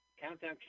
Countdown